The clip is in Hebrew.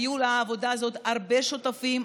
היו לעבודה הזאת הרבה שותפים,